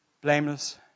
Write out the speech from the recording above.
blameless